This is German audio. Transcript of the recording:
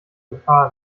gefahr